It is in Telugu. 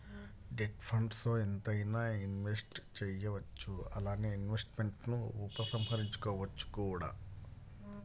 డెట్ ఫండ్స్ల్లో ఎంతైనా ఇన్వెస్ట్ చేయవచ్చు అలానే ఇన్వెస్ట్మెంట్స్ను ఉపసంహరించుకోవచ్చు కూడా